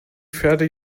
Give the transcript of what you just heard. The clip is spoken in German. pferde